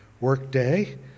workday